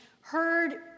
heard